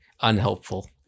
unhelpful